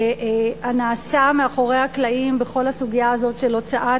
שהנעשה מאחורי הקלעים בכל הסוגיה הזאת של הוצאת